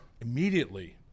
immediately